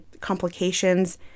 complications